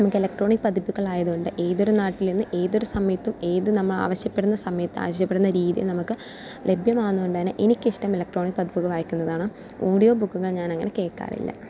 നമുക്ക് ഇലക്ട്രോണിക് പതിപ്പുകൾ ആയതുകൊണ്ട് ഏതൊരു നാട്ടിൽ നിന്നും ഏതൊരു സമയത്തും ഏത് നമ്മൾ ആവശ്യപ്പെടുന്ന സമയത്ത് ആവശ്യപ്പെടുന്ന രീതിയിൽ നമുക്ക് ലഭ്യമാകുന്നതുകൊണ്ട് തന്നെ എനിക്കിഷ്ടം ഇലക്ട്രോണിക് പതിപ്പുകൾ വായിക്കുന്നതാണ് ഓഡിയോ ബുക്കുകൾ ഞാൻ അങ്ങനെ കേൾക്കാറില്ല